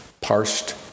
parsed